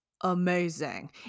amazing